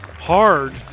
hard